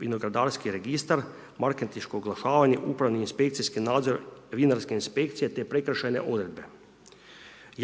vinogradarski registar, marketinško oglašavanje, upravni i inspekcijski nadzor vinarske inspekcije te prekršajne odredbe.